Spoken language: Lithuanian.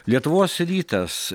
lietuvos rytas